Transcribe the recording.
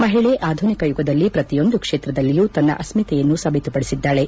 ಮಹಿಳೆ ಆಧುನಿಕ ಯುಗದಲ್ಲಿ ಪ್ರತಿಯೊಂದು ಕ್ಷೇತ್ರದಲ್ಲಿಯೂ ತನ್ನ ಅಸ್ಕಿತೆಯನ್ನು ಸಾಬೀತುಪಡಿಸಿದ್ದಾಳೆ